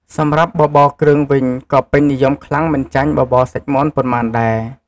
សម្រាប់បបរគ្រឿងវិញ ក៏ពេញនិយមខ្លាំងមិនចាញ់បបរសាច់មាន់ប៉ុន្មានដែរ។